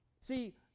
See